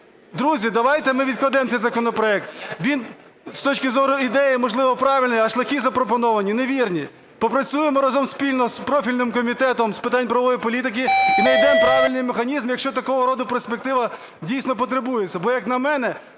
Друзі, давайте ми відкладемо цей законопроект. Він з точки зору ідеї, можливо, правильний, а шляхи запропоновані невірні. Попрацюємо разом спільно з профільним Комітетом з питань правової політики і найдемо правильний механізм, якщо такого роду перспектива дійсно потребується.